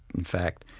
in fact,